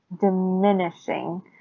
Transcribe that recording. diminishing